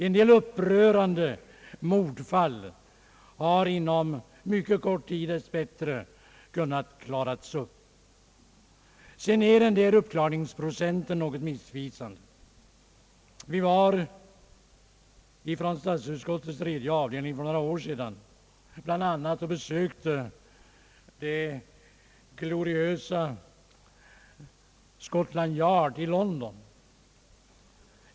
En del upprörande mordfall har på mycket kort tid, dess bättre, kunnat klaras upp. Dessutom är hela begreppet uppklaringsprocent något missvisande, Statsutskottets tredje avdelning besökte för några år sedan bl.a. det gloriösa Scotland Yard i London.